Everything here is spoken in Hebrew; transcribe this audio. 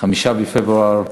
5 בפברואר